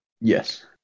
Yes